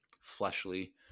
fleshly